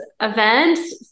event